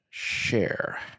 Share